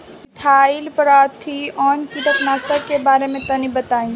Methyl parathion कीटनाशक के बारे में तनि बताई?